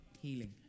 healing